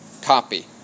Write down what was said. copy